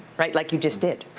right? like you just did.